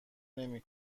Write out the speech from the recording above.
نمی